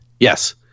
Yes